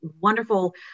wonderful